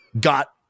got